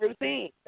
routine